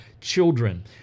children